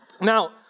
Now